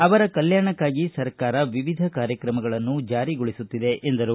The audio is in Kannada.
ಅವರ ಕಲ್ಯಾಣಕ್ಕಾಗಿ ಸರ್ಕಾರ ವಿವಿಧ ಕಾರ್ಯತ್ರಗಳನ್ನು ಜಾರಿಗೊಳಿಸುತ್ತಿದೆ ಎಂದರು